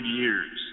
years